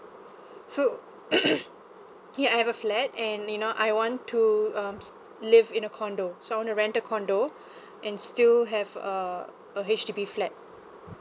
so here I have a flat and you know I want to um st~ live in a condo so I want to rent a condo and still have uh a H_D_B flat